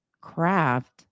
craft